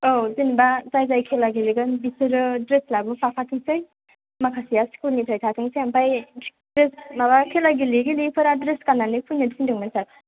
औ जेनेबा जाय जाय खेला गेलेगोन बिसोरो ड्रेस लाबोफाखाथोंसै माखासेया स्कुलनिफ्राय थाथोंसै ओमफ्राय बे माबा खेला गेलेयै गेलेयैफोरा ड्रेस गाननानै फैनो थिनदोंमोन सार